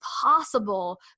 possible